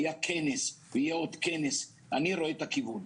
היה כנס ויהיה עוד כנס ואני רואה את הכיוון.